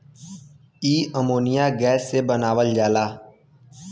इ ammonia gas से बनावल जाला